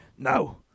No